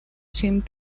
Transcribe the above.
seemed